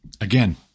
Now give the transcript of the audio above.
again